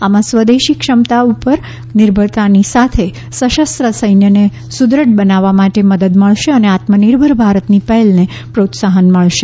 આમાં સ્વદેશી ક્ષમતા પર નિર્ભરતાની સાથે સશસ્ત્ર સૈન્યને સુદૃઢ બનાવવા માટે મદદ મળશે અને આત્મનિર્ભર ભારતની પહેલને પ્રોત્સાહન મળશે